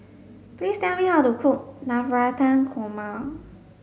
please tell me how to cook Navratan Korma